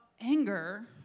anger